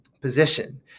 position